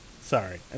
sorry